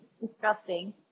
disgusting